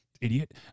idiot